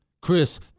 Chris